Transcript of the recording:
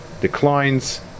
declines